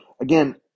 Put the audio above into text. again